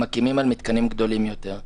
מקימים על מתקנים גדולים יותר.